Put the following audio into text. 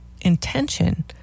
intention